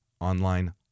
online